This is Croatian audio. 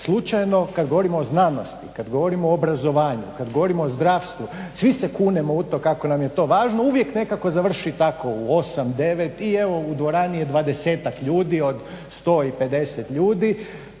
slučajno. Kad govorimo o znanosti, kad govorimo o obrazovanju, kad govorimo o zdravstvu svi se kunemo u to kako nam je to važno, uvijek nekako završi tako u 8, 9 i evo u dvorani je 20-tak ljudi od 150 ljudi,